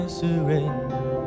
surrender